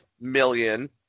million